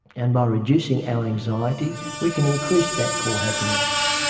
and by reducing our anxiety we can increase that core happiness.